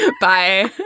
Bye